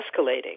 escalating